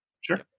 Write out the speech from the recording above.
Sure